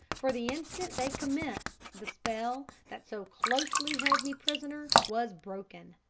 for the instant they commenced the spell that so closely held me prisoner was broken,